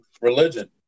religion